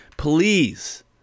Please